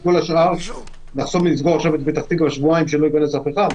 ועכשיו נחסום ונסגור את פתח תקווה לשבועיים כדי שלא ייכנס אף אחד?